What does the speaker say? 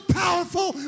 powerful